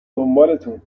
دنبالتون